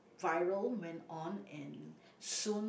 viral went on and soon